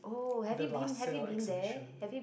the LaSalle exhibition